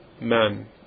man